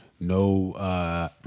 No